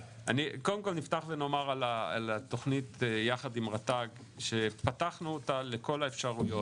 קודם כל נפתח ונאמר על התכנית יחד עם רט"ג שפתחנו אותה לכל האפשרויות.